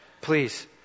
please